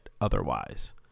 otherwise